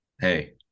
hey